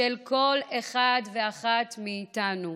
של כל אחד ואחת מאיתנו,